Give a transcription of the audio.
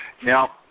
Now